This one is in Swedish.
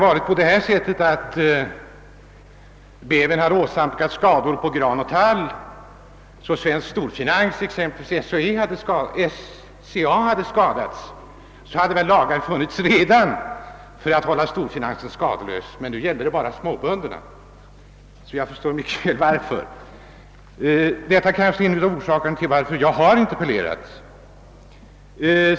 Hade bävern åsamkat skador på gran och tall så att svensk storfinans, t.ex. SCA, hade skadats hade väl lagar redan funnits för att hålla storfinansen skadeslös. Men nu gällde det bara småbönderna. Jag förstår varför herr Lothigius är nöjd. Detta visar också orsaken till att jag har interpellerat.